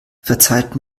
verzeiht